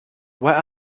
where